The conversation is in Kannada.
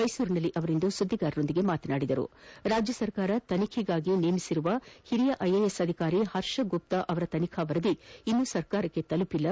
ಮೈಸೂರಿನಲ್ಲಿಂದು ಸುದ್ದಿಗಾರರೊಂದಿಗೆ ಮಾತನಾಡಿದ ಅವರು ರಾಜ್ಯ ಸರ್ಕಾರ ತನಿಖೆಗಾಗಿ ನೇಮಕ ಮಾಡಿರುವ ಹಿರಿಯ ಐಎಎಸ್ ಅಧಿಕಾರಿ ಹರ್ಷಗುಪ್ತ ಅವರ ತನಿಖಾ ವರದಿ ಇನ್ನೂ ಸರ್ಕಾರಕ್ಕೆ ಬಂದಿಲ್ಲ